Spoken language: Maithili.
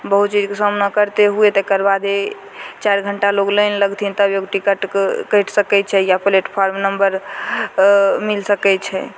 बहुत चीजके सामना करिते हुए तकर बाद ए चारि घण्टा लोक लाइन लगथिन तब एगो टिकटके कटि सकै छै या प्लेटफार्म नम्बर मिलि सकै छै